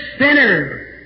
sinner